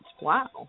Wow